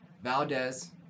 Valdez